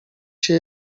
się